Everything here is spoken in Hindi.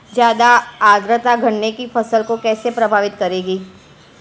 ज़्यादा आर्द्रता गन्ने की फसल को कैसे प्रभावित करेगी?